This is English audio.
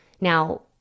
Now